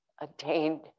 attained